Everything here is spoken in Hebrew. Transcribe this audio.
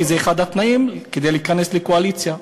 כי זה אחד התנאים כדי להיכנס לקואליציה,